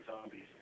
zombies